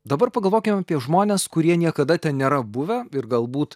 dabar pagalvokim apie žmones kurie niekada ten nėra buvę ir galbūt